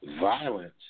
violence